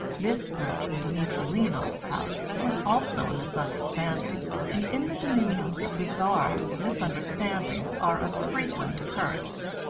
this search in dmitry leonoff's house was also a misunderstanding, and in the dominions of the czar misunderstandings are of frequent occurrence.